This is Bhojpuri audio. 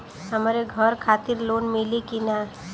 हमरे घर खातिर लोन मिली की ना?